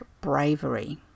bravery